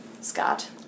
Scott